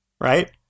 right